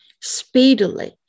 speedily